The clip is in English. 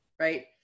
right